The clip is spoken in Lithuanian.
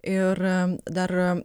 ir dar